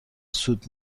سود